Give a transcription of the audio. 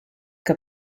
que